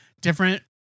different